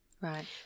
Right